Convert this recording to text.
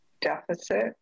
deficit